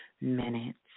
minutes